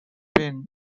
been